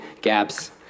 gaps